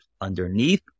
underneath